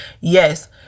Yes